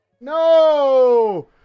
No